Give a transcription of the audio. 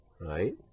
right